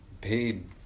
paid